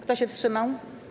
Kto się wstrzymał?